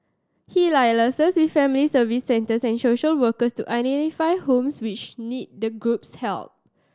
he liaises with family Service Centres and social workers to identify homes which need the group's help